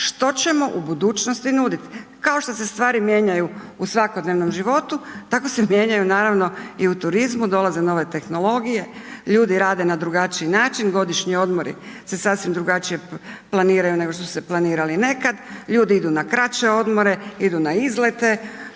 to ćemo u budućnosti nuditi. Kao što se stvari mijenjaju u svakodnevnom životu tako se mijenjaju naravno i u turizmu, dolaze nove tehnologije, ljudi rade na drugačiji način, godišnji odmori se sasvim drugačije planiraju nego što su se planirali nekada, ljudi idu na kraće odmore, idu na izlete,